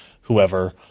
whoever